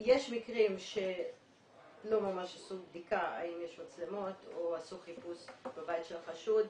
יש מקרים שלא ממש עשו בדיקה האם יש מצלמות או עשו חיפוש בבית של החשוד.